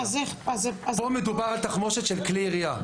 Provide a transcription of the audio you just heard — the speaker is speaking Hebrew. פה מדובר על תחמושת של כלי ירייה.